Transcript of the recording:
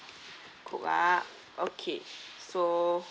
coke ah okay so